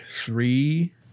Three